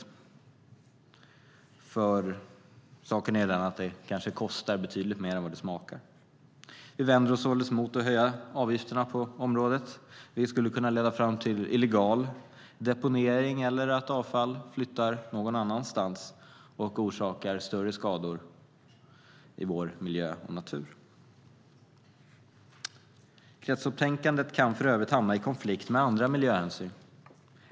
Saken är nämligen den att det kanske kostar betydligt mer än det smakar. Vi vänder oss således emot att höja avgifterna på området, vilket skulle kunna leda fram till illegal deponering eller att avfall flyttar någon annanstans och orsakar större skador i vår miljö och natur. Kretsloppstänkandet kan för övrigt hamna i konflikt med andra miljöhänsyn.